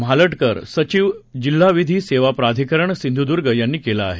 म्हालटकर सचिव जिल्हा विधी सेवा प्राधिकरण सिंधूदूर्ग यांनी केलं आहे